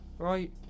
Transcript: Right